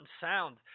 sound